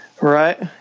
Right